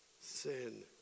sin